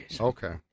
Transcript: Okay